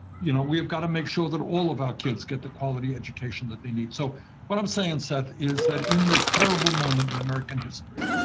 you know, we have got to make sure that all of our kids get the quality education that they need. so what i'm saying, seth, is that in this terrible moment in american history,